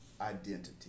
identity